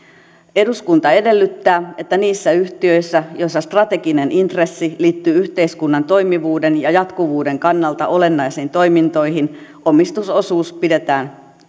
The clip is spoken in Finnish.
eduskunta edellyttää että niissä yhtiöissä joissa strateginen intressi liittyy yhteiskunnan toimivuuden ja jatkuvuuden kannalta olennaisiin toimintoihin omistusosuus pidetään